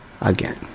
again